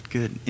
Good